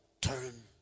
turn